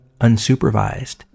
unsupervised